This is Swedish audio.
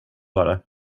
var